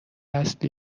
اصلی